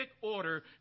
order